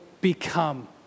become